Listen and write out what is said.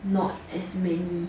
not as many